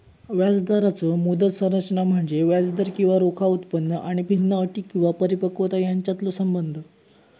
व्याजदराचो मुदत संरचना म्हणजे व्याजदर किंवा रोखा उत्पन्न आणि भिन्न अटी किंवा परिपक्वता यांच्यातलो संबंध